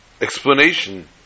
explanation